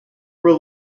were